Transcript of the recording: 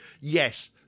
yes